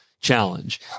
challenge